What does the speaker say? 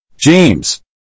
James